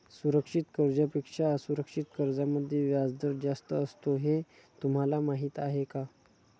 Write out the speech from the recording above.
सुरक्षित कर्जांपेक्षा असुरक्षित कर्जांमध्ये व्याजदर जास्त असतो हे तुम्हाला माहीत आहे का?